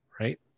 right